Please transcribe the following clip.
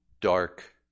dark